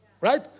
Right